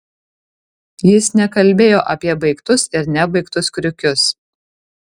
jis nekalbėjo apie baigtus ir nebaigtus kriukius